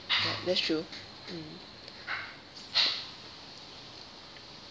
that's true mm